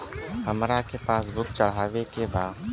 हमरा के पास बुक चढ़ावे के बा?